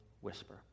whisper